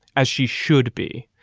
as she should be.